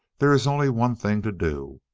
there is only one thing to do.